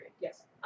Yes